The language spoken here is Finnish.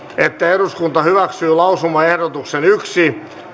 että eduskunta hyväksyy lausumaehdotuksen yksi